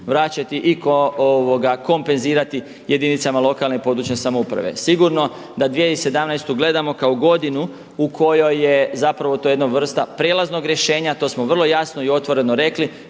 vraćati i kompenzirati jedinice lokalne i područne samouprave. Sigurno da 2017. gledamo kao godinu u kojoj je to jedna vrsta prijelaznog rješenja a to smo vrlo jasno i otvoreno rekli,